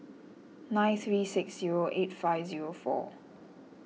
nine three six zero eight five zero four